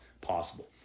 possible